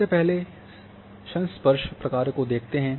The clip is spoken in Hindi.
सबसे पहले संस्पर्श प्रक्रिया को देखते हैं